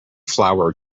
flour